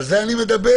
על זה אני מדבר.